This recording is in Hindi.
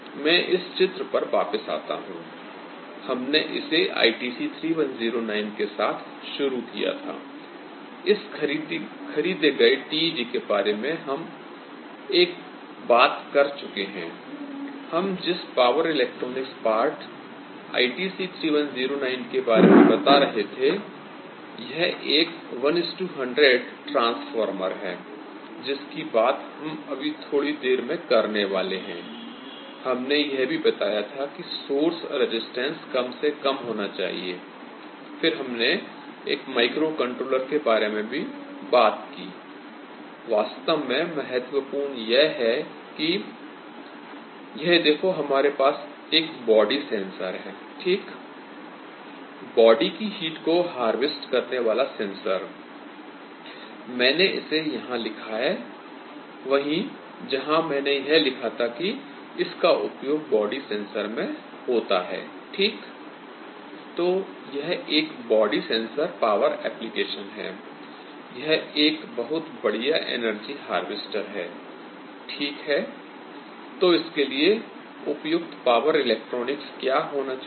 मैं इस चित्र पर वापिस आता हूँ I हमने इसे इस ITC3109 के साथ शुरू किया था I इस ख़रीदे गए TEG के बारे में हम बात कर चुके हैं I हम इस पॉवर इलेक्ट्रॉनिक्स पार्ट ITC3109 के बारे में बता रहे थे I यह एक 1100 ट्रांसफार्मर है जिसकी बात हम अभी थोड़ी देर में करने वाले हैं I हमने यह भी बताया था कि सोर्स रेजिस्टेंस कम से कम होना चाहिए फिर हमने एक माइक्रोकंट्रोलर के बारे में भी बात की I वास्तव में महत्वपूर्ण यह है कि यह देखो हमारे पास एक बॉडी सेंसर है ठीक बॉडी की हीट को हार्वेस्ट करने वाला सेंसर I मैंने इसे यहाँ लिखा है वहीँ जहाँ मैंने यह लिखा था कि इसका उपयोग बॉडी सेंसर में होता है I ठीक तो यह एक बॉडी सेंसर पॉवर एप्लीकेशन है I यह एक बहुत बढ़िया एनर्जी हार्वेस्टर है I ठीक है तो इसके लिए उपयुक्त पॉवर इलेक्ट्रॉनिक्स क्या होना चाहिए